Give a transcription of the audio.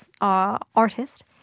artist